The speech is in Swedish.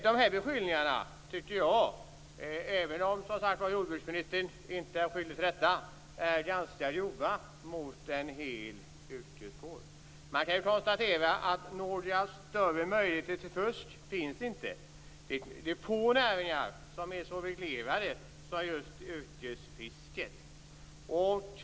De här beskyllningarna tycker jag, även om jordbruksministern som sagt var inte är skyldig till dem, är ganska grova mot en hel yrkeskår. Man kan konstatera att några större möjligheter till fusk inte finns. Det är få näringar som är så reglerade som just yrkesfisket.